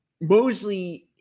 Mosley